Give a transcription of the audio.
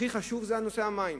הכי חשוב, זה מים.